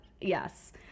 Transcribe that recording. yes